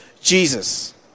Jesus